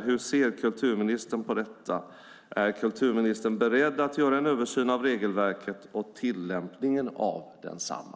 Hur ser kulturministern på detta? Är kulturministern beredd att göra en översyn av regelverket och tillämpningen av detsamma?